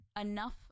enough